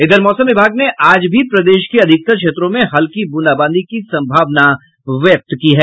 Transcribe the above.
इधर मौसम विभाग ने आज भी प्रदेश के अधिकतर क्षेत्रों में हल्की बूंदाबांदी की संभावना व्यक्त की है